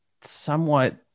somewhat